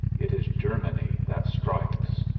it is germany that strikes.